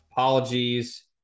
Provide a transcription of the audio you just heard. Apologies